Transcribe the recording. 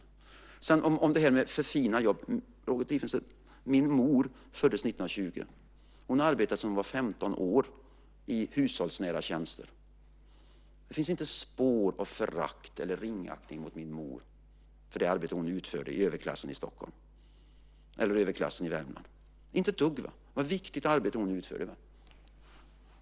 Sedan vill jag säga något om det här med för fina jobb. Roger Tiefensee, min mor föddes 1920. Hon arbetade från det att hon var 15 år i hushållsnära tjänster. Det finns inte ett spår av förakt eller ringaktning mot min mor för det arbete hon utförde åt överklassen i Stockholm eller åt överklassen i Värmland - inte ett dugg! Det var ett viktigt arbete hon utförde.